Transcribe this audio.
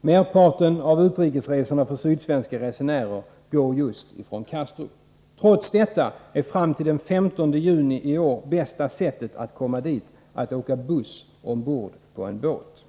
Merparten av utrikesresorna för sydsvenska resenärer går just ifrån Kastrup. Trots detta är fram till den 15 juni i år bästa sättet att komma dit att åka buss ombord på en båt.